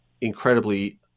incredibly